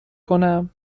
کنم